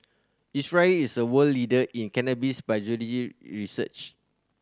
Israel is a world leader in cannabis biology research